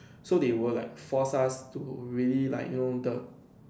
so they will like force us to really like you know the